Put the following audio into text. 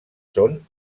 són